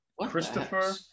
Christopher